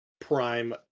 prime